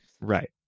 Right